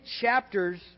chapters